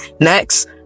Next